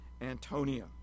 Antonia